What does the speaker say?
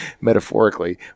metaphorically